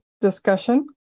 discussion